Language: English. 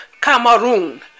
Cameroon